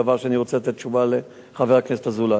דבר שאני רוצה לתת תשובה עליו לחבר הכנסת אזולאי.